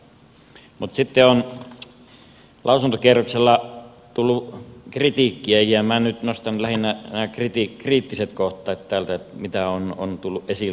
mutta sitten on lausuntokierroksella tullut kritiikkiä ja minä nyt nostan lähinnä nämä kriittiset kohdat täältä mitä on tullut esille